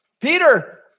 Peter